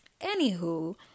anywho